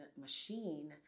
machine